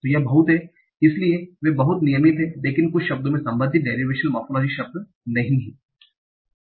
तो यह बहुत है इसलिए वे बहुत नियमित हैंलेकिन कुछ शब्दों में संबंधित डेरिवेशनल मोरफोलोजी शब्द नहीं हैं